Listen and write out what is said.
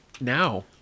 now